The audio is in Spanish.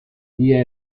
día